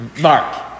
mark